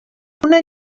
una